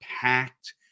packed